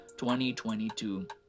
2022